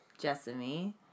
Jessamy